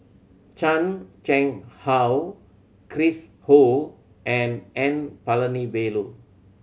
Chan Chang How Chris Ho and N Palanivelu